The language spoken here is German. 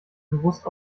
bewusst